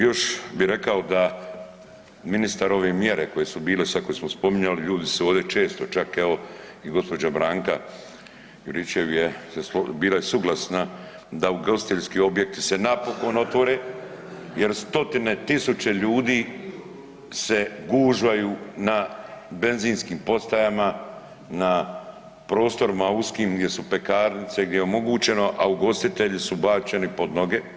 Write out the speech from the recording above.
Još bi rekao da ministar ove mjere koje su bile sad, koje smo spominjali ljudi su ovdje često čak evo i gospođa Branka Juričev je se, bila je suglasna da ugostiteljski objekti se napokon otvore jer 100-tine tisuća ljudi se gužvaju na benzinskim postajama, na prostorima uskim gdje su pekarnice, gdje je omogućeno, a ugostitelji su bačeni pod noge.